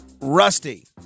Rusty